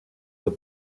the